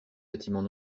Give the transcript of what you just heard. bâtiment